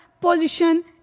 position